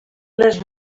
les